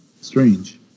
Strange